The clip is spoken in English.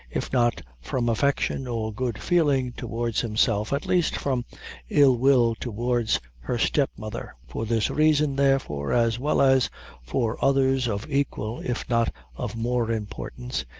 if not from affection or good feeling towards himself, at least from ill-will towards her step-mother. for this reason, therefore, as well as for others of equal, if not of more importance,